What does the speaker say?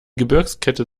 gebirgskette